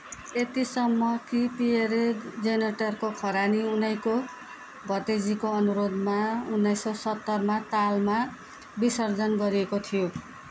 एतिसम्म कि पियरे जेनेटरको खरानी उनैको भतिजीको अनुरोधमा उन्नाइस सय सत्तरमा तालमा विसर्जन गरिएको थियो